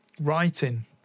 writing